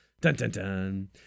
Dun-dun-dun